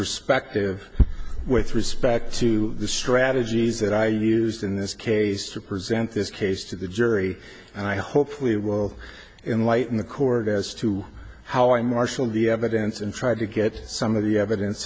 perspective with respect to the strategies that i used in this case to present this case to the jury and i hopefully will in light in the court as to how i marshal the evidence and try to get some of the evidence